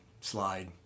slide